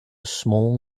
small